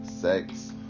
sex